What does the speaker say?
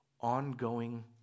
ongoing